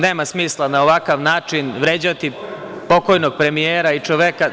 Nema smisla na ovakav način vređati pokojnog premijera i čoveka.